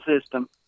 system